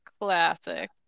classic